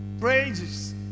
Praises